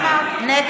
היא אמרה נגד.